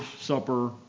supper